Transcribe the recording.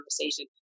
conversation